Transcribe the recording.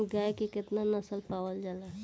गाय के केतना नस्ल पावल जाला?